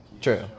True